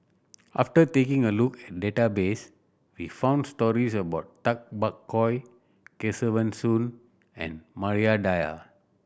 after taking a look at database we found stories about Tay Bak Koi Kesavan Soon and Maria Dyer